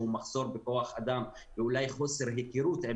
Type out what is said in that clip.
שהוא מחסור בכוח אדם ואולי חוסר היכרות עם